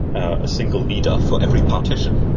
a single leader for every partition.